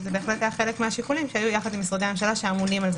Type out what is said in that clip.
זה בהחלט היה חלק מהשיקולים שהיו יחד עם משרדי הממשלה שאמונים על זה.